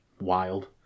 wild